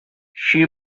she